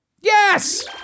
Yes